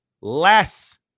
less